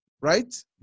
right